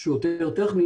שהוא טכני